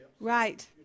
Right